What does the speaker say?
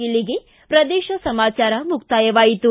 ಇಲ್ಲಿಗೆ ಪ್ರದೇಶ ಸಮಾಚಾರ ಮುಕ್ತಾಯವಾಯಿತು